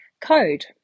code